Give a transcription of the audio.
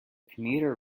commuter